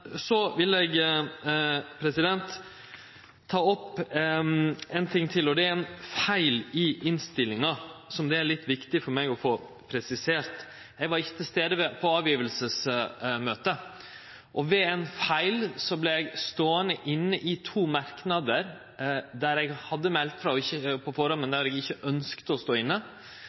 Så vil eg ta opp ein ting til, og det er at det er ein feil i innstillinga som det er litt viktig for meg å få presistert. Eg var ikkje til stades på avgivingsmøtet, og ved ein feil vart eg ståande inne i to merknader der eg på førehand hadde meldt frå om at eg ikkje ønskte å stå inne.